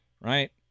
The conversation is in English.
Right